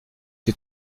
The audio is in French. fut